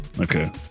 Okay